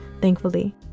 Thankfully